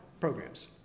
programs